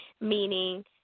meaning